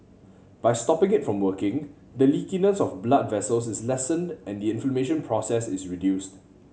by stopping it from working the leakiness of blood vessels is lessened and the inflammation process is reduced